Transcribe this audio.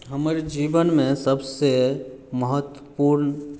हमर जीवनमे सभसँ महत्वपूर्ण